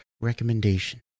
Recommendation